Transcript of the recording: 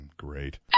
Great